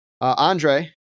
Andre